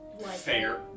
fair